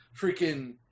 freaking